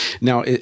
Now